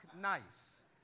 nice